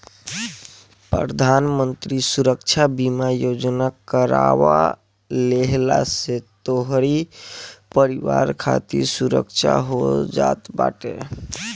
प्रधानमंत्री सुरक्षा बीमा योजना करवा लेहला से तोहरी परिवार खातिर सुरक्षा हो जात बाटे